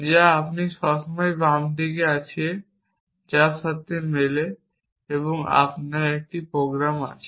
যা আপনি সবসময় বাম দিকে যা আছে তার সাথে মেলে আপনার একটি প্রোগ্রাম আছে